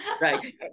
Right